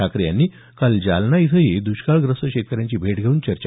ठाकरे यांनी काल जालना इथंही द्रष्काळग्रस्त शेतकऱ्यांची भेट घेऊन चर्चा